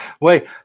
wait